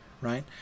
right